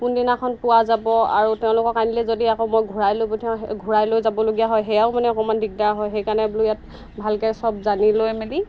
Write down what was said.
কোনদিনাখন পোৱা যাব আৰু তেওঁলোকক আনিলে যদি আকৌ মই ঘূৰাই লৈ পঠিয়াওঁ ঘূৰাই লৈ যাবলগীয়া হয় সেয়াও মানে অকণমান দিগদাৰ হয় সেইকাৰণে বোলো ইয়াত ভালকৈ চব জানি লৈ মেলি